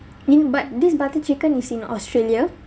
in but this butter chicken is in australia